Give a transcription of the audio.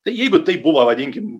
tai jeigu tai buvo vadinkim